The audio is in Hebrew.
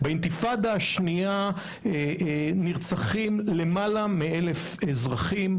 באינתיפאדה השנייה נרצחים למעלה מ-1,000 אזרחים,